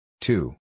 Two